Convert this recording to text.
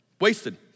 Wasted